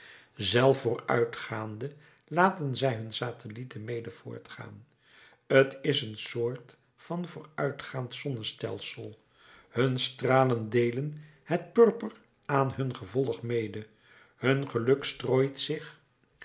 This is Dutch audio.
zelf vooruitgaande laten zij hun satellieten mede voortgaan t is een soort van vooruitgaand zonnestelsel hun stralen deelen het purper aan hun gevolg mede hun geluk strooit zich